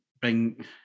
bring